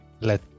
let